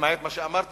למעט מה שאמרתי,